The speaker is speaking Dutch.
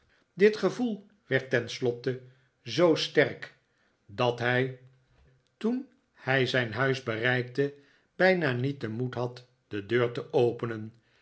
dit gevoel werd tenslotte zoo sterk dat hij toen hij i i m de zolderkamer zijn huis bereikte bijna niet den moed had de deur te openen